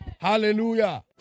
Hallelujah